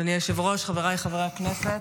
אדוני היושב-ראש, חבריי חברי הכנסת,